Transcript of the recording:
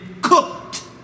cooked